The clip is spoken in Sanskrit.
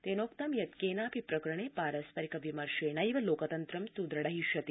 तेनोक्तं यत् केनापि प्रकरणे पारस्प रिक विमर्शेणैव लोकतन्त्रं सुद्रढ़यिष्यति